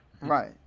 right